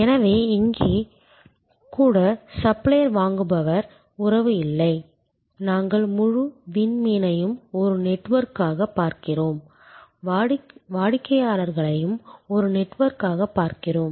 எனவே இங்கே கூட சப்ளையர் வாங்குபவர் உறவு இல்லை நாங்கள் முழு விண்மீனையும் ஒரு நெட்வொர்க்காகப் பார்க்கிறோம் வாடிக்கையாளர்களையும் ஒரு நெட்வொர்க்காகப் பார்க்கிறோம்